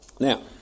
Now